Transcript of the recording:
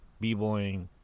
b-boying